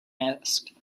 asked